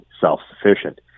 self-sufficient